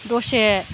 दसे